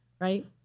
right